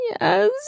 Yes